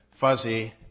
fuzzy